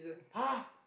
!huH!